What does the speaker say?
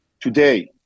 today